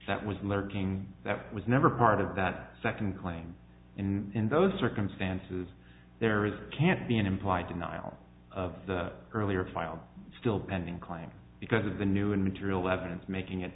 that was lurking that was never part of that second claim and in those circumstances there is can't be an implied denial of the earlier file still pending claim because of the new and material evidence making it